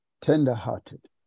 tender-hearted